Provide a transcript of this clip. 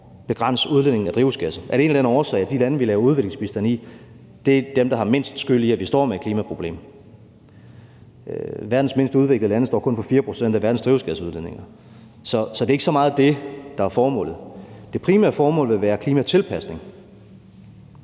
begrænse udledningen af drivhusgasser, alene af den årsag at de lande, vi laver udviklingsbistand i, er dem, der har mindst skyld i, at vi står med et klimaproblem. Verdens mindst udviklede lande står kun for 4 pct. af verdens drivhusgasudledninger. Så det er ikke så meget det, der er formålet. Det primære formål vil være klimatilpasning.